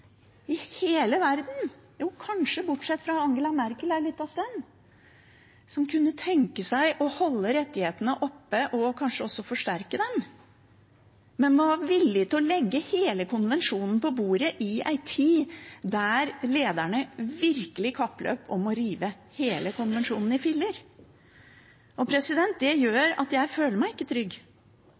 i hele verden, kanskje bortsett fra Angela Merkel en liten stund, som kunne tenke seg å holde rettighetene oppe og kanskje også forsterke dem. Man var villig til å legge hele konvensjonen på bordet i en tid da lederne virkelig kappløp om å rive hele konvensjonen i filler. Det gjør at jeg ikke føler meg trygg på at man vil stå opp for dette – heller ikke